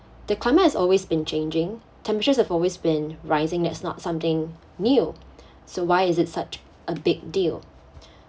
the climate has always been changing temperatures have always been rising that's not something new so why is it such a big deal